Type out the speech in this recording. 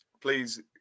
please